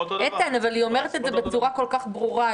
אבל היא אומרת את זה בצורה כל-כך ברורה.